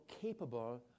capable